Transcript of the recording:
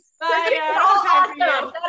Bye